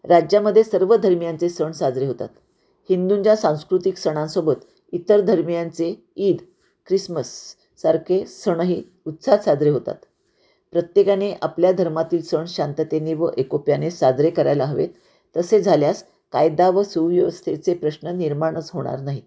राज्यामध्ये सर्वधर्मियांचे सण साजरे होतात हिंदूंच्या सांस्कृतिक सणांसोबत इतर धर्मियांचे ईद ख्रिसमससारखे सणही उत्साहात साजरे होतात प्रत्येकाने आपल्या धर्मातील सण शांततेने व एकोप्याने साजरे करायला हवेत तसे झाल्यास कायदा व सुव्यवस्थेचे प्रश्न निर्माणच होणार नाहीत